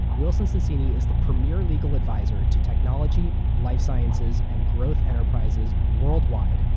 wilson sonsini is the premier legal advisor to technology, life sciences, and growth enterprises worldwide,